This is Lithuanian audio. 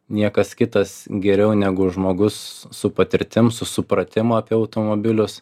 niekas kitas geriau negu žmogus su patirtim su supratimu apie automobilius